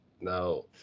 now